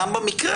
בסדר גמור.